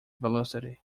velocity